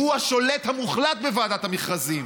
והוא השולט המוחלט בוועדת המכרזים.